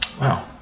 Wow